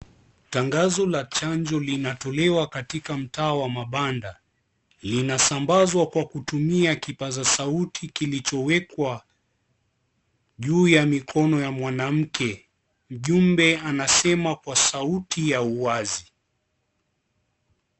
Tangazo la chanjo linatolewa katika mtaa wa mabanda. Linasambazwa kwa kutumia kipaza sauti kilichowekwa juu ya mikono ya mwanamke. Mjumbe anasema kwa sauti ya uwazi.